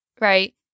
Right